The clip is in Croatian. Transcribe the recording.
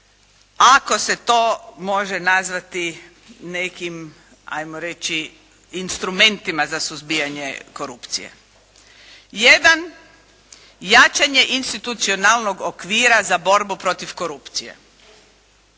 ako se to može nazvati nekim, ajmo reći instrumentima za suzbijanje korupcije. Jedan, jačanje institucionalnog okvira za borbu protiv korupcije.